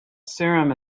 serum